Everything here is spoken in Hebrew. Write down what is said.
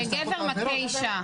כשגבר מכה אישה,